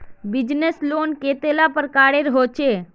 Business loan कतेला प्रकारेर होचे?